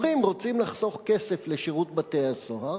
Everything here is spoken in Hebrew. אומרים: רוצים לחסוך כסף לשירות בתי-הסוהר,